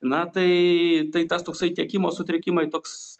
na tai tai tas toksai tiekimo sutrikimai toks